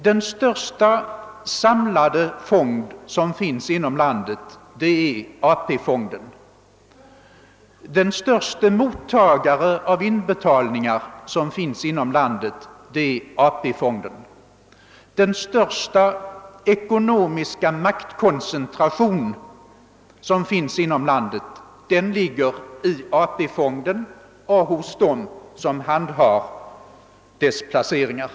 Den största samlade fond som finns inom landet är AP-fonden, den största mottagare av inbetalningar som finns inom landet är AP-fonden, och den största ekonomiska maktkoncentrationen inom landet ligger i AP-fonden och hos dem som handhar dess placeringar.